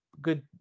good